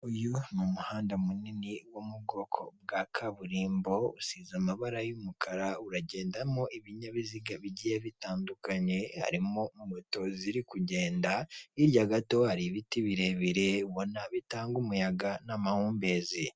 Uyu ni umuhanda munini wo mu bwoko bwa kaburimbo usize amabara y'umukara uragendamo ibinyabiziga bigiye bitandukanye harimo moto ziri kugenda. Hirya gato hari ibiti birebire ubona bitanga umuyaga n'amahumbezi.